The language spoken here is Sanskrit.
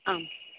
आम्